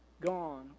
gone